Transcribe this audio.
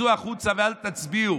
תצאו החוצה ואל תצביעו